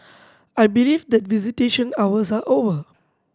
I believe that visitation hours are over